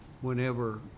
whenever